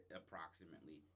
approximately